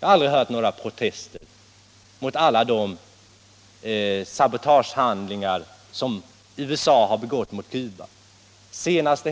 Jag har aldrig hört några protester från det hållet mot alla de sabotagehandlingar som USA har begått mot Cuba. Det senaste